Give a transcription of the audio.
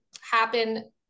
happen